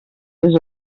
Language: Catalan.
les